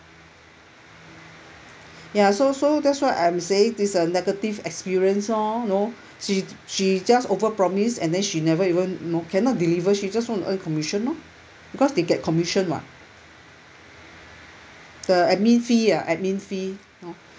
ya so so that's why I'm saying this a negative experience orh know she she just over promised and then she never even know cannot deliver she just want to earn commission lor because they get commission [what] the admin fee ah admin fee know